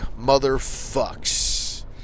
motherfucks